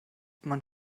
man